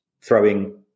throwing